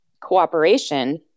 cooperation